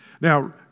Now